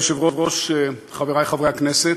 אדוני היושב-ראש, חברי חברי הכנסת,